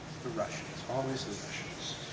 the russians, always the russians.